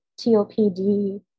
TOPD